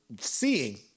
seeing